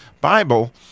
Bible